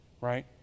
right